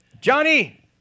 Johnny